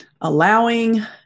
allowing